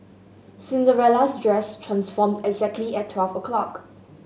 Cinderella's dress transformed exactly at twelve o'clock